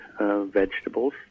vegetables